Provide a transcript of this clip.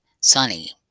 sunny